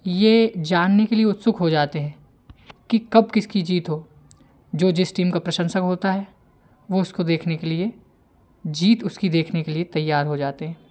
ये जानने के लिए उत्सुक हो जाते हैं कि कब किसकी जीत हो जो जिस टीम का प्रशंसक होता है वो उसको देखने के लिए जीत उसकी देखने के लिए तैयार हो जाते हैं